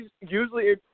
usually